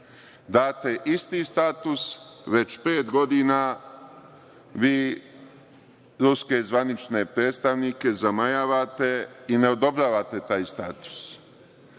date isti status, već pet godina vi ruske zvanične predstavnike zamajavate i ne odobravate taj status.